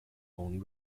only